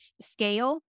scale